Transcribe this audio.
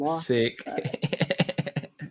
Sick